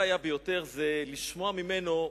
שהיה מצער ביותר זה לשמוע ממנו: